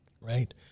right